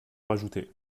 rajouter